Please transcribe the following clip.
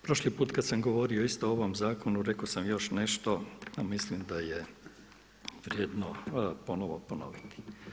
Prošli put kada sam govorio isto o ovom zakonu rekao sam još nešto a mislim da je vrijedno ponovno ponoviti.